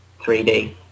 3D